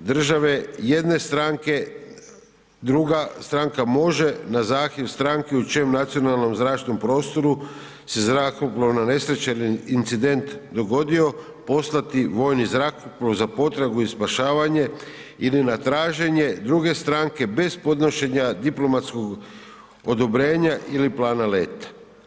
države jedne stranke, druga stranka može na zahtjev stranke u čijem nacionalnom zračnom prostoru se zrakoplovna nesreća ili incident dogodio poslati vojni zrakoplov za potragu i spašavanje ili na traženje druge stranke bez podnošenja diplomatskog odobrenja ili plana leta.